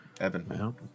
Evan